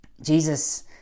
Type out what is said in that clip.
Jesus